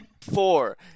Four